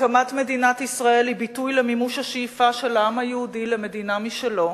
הקמת מדינת ישראל היא ביטוי למימוש השאיפה של העם היהודי למדינה משלו,